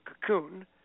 cocoon